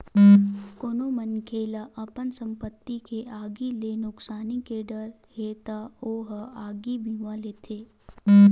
कोनो मनखे ल अपन संपत्ति के आगी ले नुकसानी के डर हे त ओ ह आगी बीमा लेथे